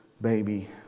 baby